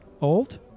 Old